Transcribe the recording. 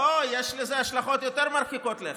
לא, יש לזה השלכות יותר מרחיקות לכת.